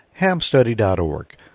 hamstudy.org